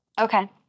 Okay